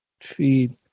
feed